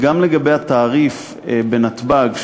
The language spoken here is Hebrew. לגבי התעריף בנתב"ג,